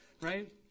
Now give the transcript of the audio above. right